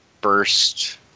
burst